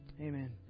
Amen